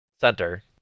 center